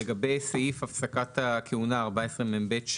לגבי סעיף הפסקת הכהונה, 14מב3,